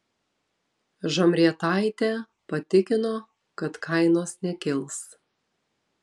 žemrietaitė patikino kad kainos nekils